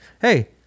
Hey